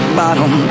bottom